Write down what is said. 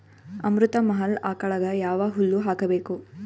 ಅಮೃತ ಮಹಲ್ ಆಕಳಗ ಯಾವ ಹುಲ್ಲು ಹಾಕಬೇಕು?